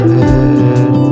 head